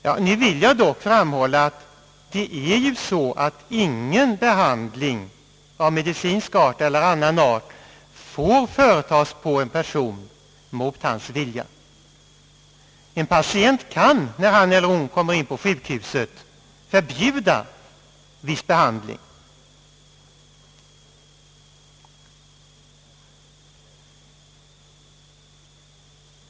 Jag vill dock framhålla att det ju dock är så att ingen behandling av medicinsk eller annan art får företas på en person mot hans vilja. En person kan, när han eller hon kommer in på sjukhuset, förbjuda viss behandling.